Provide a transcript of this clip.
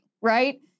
right